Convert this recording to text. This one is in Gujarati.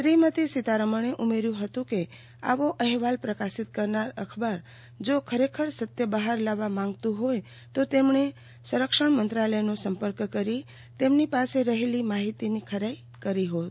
શ્રીમતી સીતારમજ્ઞે ઉમેર્યું હતું કે આવો અહેવાલ પ્રકાશિત કરનાર અખબાર જો ખરેખર સત્ય બહાર લાવવા માંગતું હોત તો તેમણે સંરક્ષણમંત્રાલયનો સંપર્ક કરી તેમની પાસે રહેલી માહીતીની ખરાઇ કરી હોત